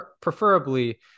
preferably